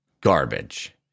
garbage